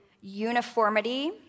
uniformity